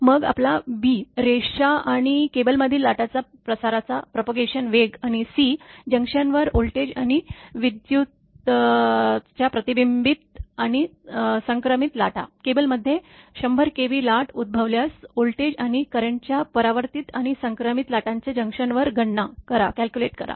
मग आपला b रेष आणि केबलमधील लाटाच्या प्रसाराचा वेग आणि C जंक्शनवर व्होल्टेज आणि विद्युत्ाच्या प्रतिबिंबित आणि संक्रमित लाटा केबलमध्ये 100 kV लाट उद्भवल्यास व्होल्टेज आणि करंटच्या परावर्तित आणि संक्रमित लाटांची जंक्शनवर गणना करा